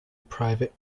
private